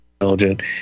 intelligent